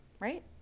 right